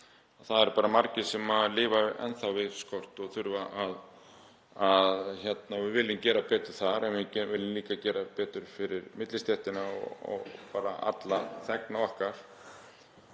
Það eru margir sem lifa enn við skort og við viljum gera betur þar en við viljum líka gera betur fyrir millistéttina og bara alla þegna okkar.